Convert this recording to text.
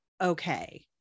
okay